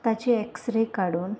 ताचे एक्सरे काडून